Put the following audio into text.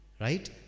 Right